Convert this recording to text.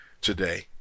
today